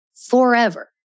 forever